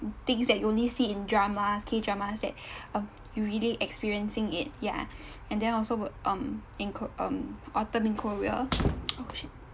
things that you only see in drama k-dramas that um you really experiencing it yeah and then also got um in ko~ um autumn in korea oh shit